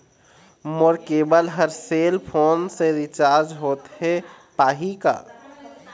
मोर केबल हर cell phone से रिचार्ज होथे पाही का?